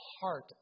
heart